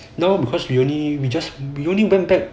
no because we only we just we only went back